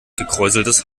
gekräuseltes